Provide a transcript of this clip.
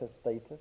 status